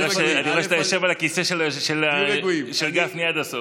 אני רואה שאתה יושב על הכיסא של גפני עד הסוף.